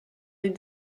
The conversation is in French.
les